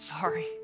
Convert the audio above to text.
Sorry